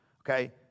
Okay